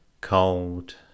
cold